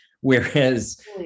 Whereas